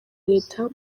leta